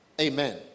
Amen